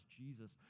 Jesus